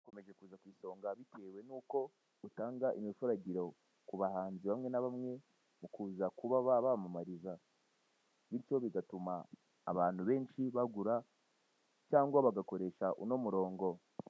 Ukomeje kuza ku isonga bitewe nuko utanga umufuragiro kubahanzi bamwe na bamwe mukuza kuba babamamariza, bityo bigatuma abantu benshi bagura cyangwa bagakoresha uno murongo.